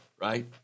right